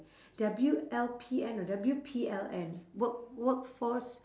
W_L_P_N or W_P_L_N work workforce